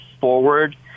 forward